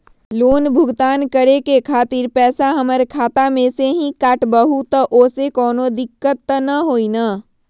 Loan भुगतान करे के खातिर पैसा हमर खाता में से ही काटबहु त ओसे कौनो दिक्कत त न होई न?